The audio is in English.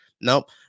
Nope